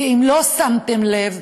כי אם לא שמתם לב,